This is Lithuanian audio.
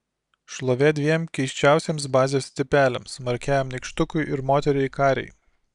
šlovė dviem keisčiausiems bazės tipeliams smarkiajam nykštukui ir moteriai karei